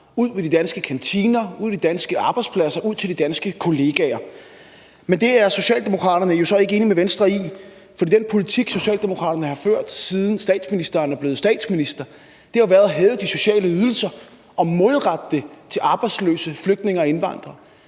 ud på de danske arbejdspladser, ud til de danske kollegaer. Men det er Socialdemokraterne jo så ikke enige med Venstre i. For den politik, Socialdemokraterne har ført, siden statsministeren er blevet statsminister, har jo været at hæve de sociale ydelser og målrette dem til arbejdsløse flygtninge og indvandrere.